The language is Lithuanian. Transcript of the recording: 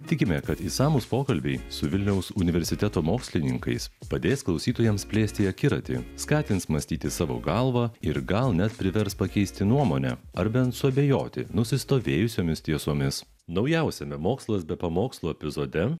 tikime kad išsamūs pokalbiai su vilniaus universiteto mokslininkais padės klausytojams plėsti akiratį skatins mąstyti savo galva ir gal net privers pakeisti nuomonę ar bent suabejoti nusistovėjusiomis tiesomis naujausiame mokslas be pamokslų epizode